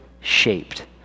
shaped